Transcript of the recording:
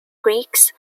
greeks